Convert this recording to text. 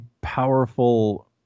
powerful